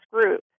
group